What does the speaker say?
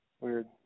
weird